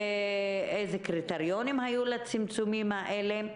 איזה קריטריונים היו לצמצומים האלה,